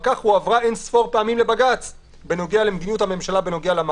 כך הועברה אין ספור פעמים לבג"ץ בנוגע למדיניות הממשלה בנוגע למאחזים.